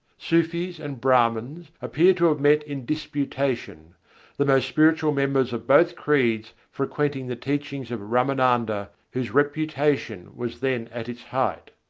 sufis and brahmans appear to have met in disputation the most spiritual members of both creeds frequenting the teachings of ramananda, whose reputation was then at its height.